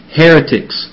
heretics